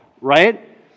right